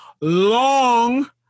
long